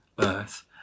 earth